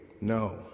No